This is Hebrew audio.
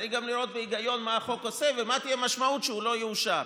צריך גם לראות בהיגיון מה החוק עושה ומה תהיה המשמעות שהוא לא יאושר.